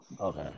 Okay